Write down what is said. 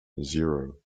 zero